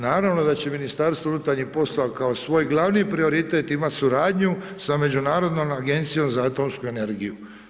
Naravno da će Ministarstvo unutarnjih poslova kao svoj glavni prioritet imat suradnju sa međunarodnom Agencijom za atomsku energiju.